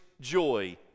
joy